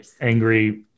angry